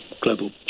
global